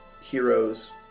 heroes